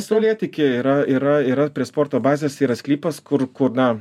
saulėtekyje yra yra yra prie sporto bazės yra sklypas kur kur na